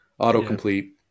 autocomplete